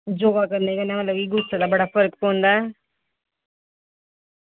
योगा करने कन्नै की ऐल्ली गुस्से दा बड़ा फर्क पौंदा ऐ